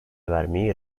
vermeyi